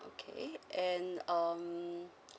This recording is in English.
okay and um